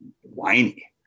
whiny